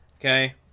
Okay